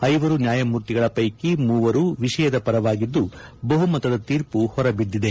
ಐವರು ನ್ನಾಯಮೂರ್ತಿಗಳ ವೈಕಿ ಮೂವರು ವಿಷಯದ ಪರವಾಗಿದ್ಲು ಬಹುಮತದ ತೀರ್ಮ ಹೊರಬಿದ್ದಿದೆ